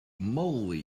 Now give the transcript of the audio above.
moly